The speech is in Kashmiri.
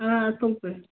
آ اَصٕل پٲٹھۍ